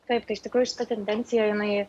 taip tai iš tikrųjų šita tendencija jinai